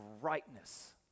rightness